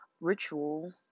ritual